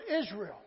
Israel